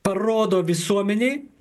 parodo visuomenei